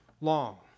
long